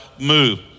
move